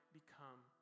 become